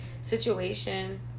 situation